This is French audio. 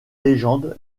légende